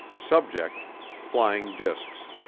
subject flying discs